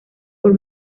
por